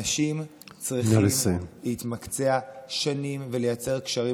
אנשים צריכים להתמקצע שנים ולייצר קשרים